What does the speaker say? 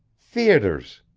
theatres,